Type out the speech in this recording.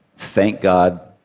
thank god,